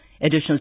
Additional